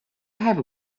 have